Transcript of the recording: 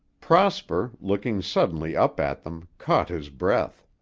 prosper, looking suddenly up at them, caught his breath.